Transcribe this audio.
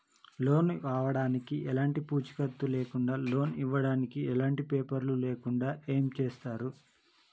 Loan కావడానికి ఎలాంటి పూచీకత్తు లేకుండా లోన్ ఇవ్వడానికి ఎలాంటి పేపర్లు లేకుండా ఏం చేస్తారు?